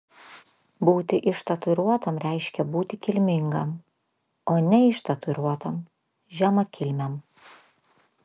būti ištatuiruotam reiškia būti kilmingam o neištatuiruotam žemakilmiam